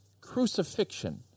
crucifixion